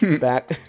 Back